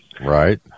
right